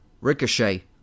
Ricochet